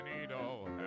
needle